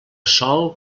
sòl